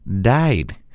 died